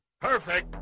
perfect